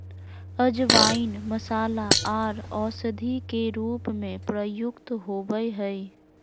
अजवाइन मसाला आर औषधि के रूप में प्रयुक्त होबय हइ